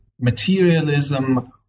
materialism